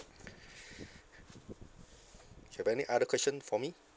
you have any other question for me